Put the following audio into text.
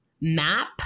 map